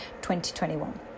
2021